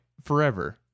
forever